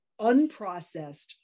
unprocessed